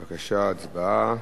בבקשה, הצבעה.